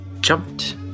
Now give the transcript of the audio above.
jumped